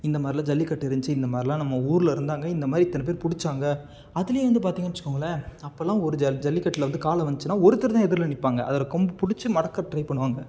இந்த மாதிரிலாம் ஜல்லிக்கட்டு இருந்துச்சி இந்த மாதிரிலாம் நம்ம ஊரில் இருந்தாங்க இந்த மாதிரி இத்தனை பேர் பிடிச்சாங்க அதுலேயும் வந்து பார்த்தீங்கன்னு வெச்சுக்கோங்களேன் அப்போல்லாம் ஒரு ஜல் ஜல்லிக்கட்டில் வந்து காளை வந்துச்சின்னா ஒருத்தர் தான் எதிரில் நிற்பாங்க அதோடய கொம்பைப் பிடிச்சி மடக்க ட்ரை பண்ணுவாங்க